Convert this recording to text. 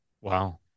Wow